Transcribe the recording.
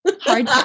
Hard